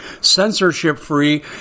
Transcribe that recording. censorship-free